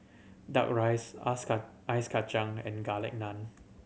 Duck Rice Ice Kachang and Garlic Naan